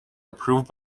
approved